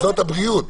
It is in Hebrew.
זאת הבריאות